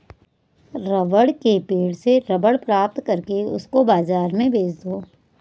rubber के पेड़ से रबर प्राप्त करके उसको बाजार में बेच दो